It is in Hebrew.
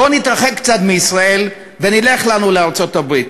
בואו נתרחק קצת מישראל, ונלך לנו לארצות-הברית.